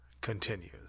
continues